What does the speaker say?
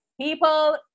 people